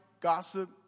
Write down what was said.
gossip